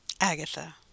Agatha